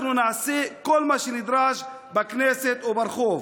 אנחנו נעשה כל מה שנדרש, בכנסת וברחוב.